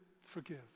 forgive